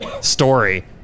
story